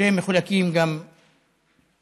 שהם מחולקים גם לדרוזים.